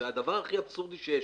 זה הדבר הכי אבסורדי שיש.